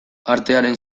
artearen